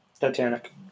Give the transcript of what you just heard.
Titanic